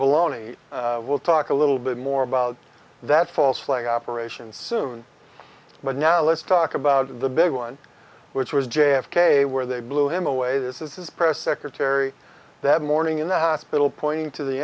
baloney we'll talk a little bit more about that false flag operations soon but now let's talk about the big one which was j f k where they blew him away this is his press secretary that morning in the hospital pointing to the